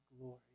glory